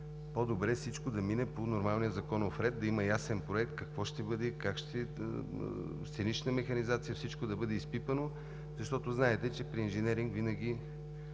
по-добре е всичко да мине по нормалния законов ред. Да има ясен проект какво ще бъде, сценична механизация, всичко да бъде изпипано, защото знаете, че при инженеринг винаги